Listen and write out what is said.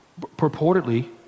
purportedly